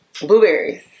Blueberries